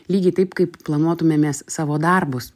lygiai taip kaip planuotumėmes savo darbus